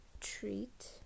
treat